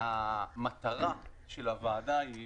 המטרה של הוועדה היא